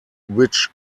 which